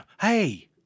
Hey